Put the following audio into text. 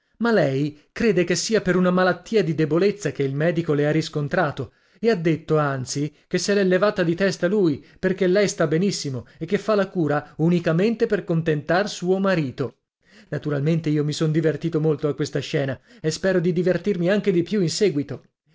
ma lei crede che sia per una malattia di debolezza che il medico le ha riscontrato e ha detto anzi che se l'è levata di testa lui perché lei sta benissimo e che fa la cura unicamente per contentar suo marito naturalmente io mi son divertito molto a questa scena e spero di divertirmi anche di più in seguito